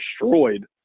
destroyed